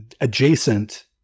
adjacent